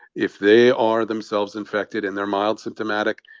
if they are themselves infected, and they're mild symptomatic,